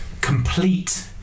complete